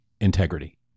integrity